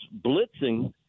blitzing